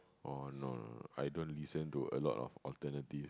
oh no no I don't listen to a lot of alternative